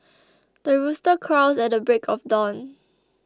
the rooster crows at the break of dawn